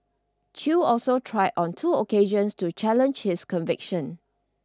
Chew also tried on two occasions to challenge his conviction